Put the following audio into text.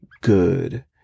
good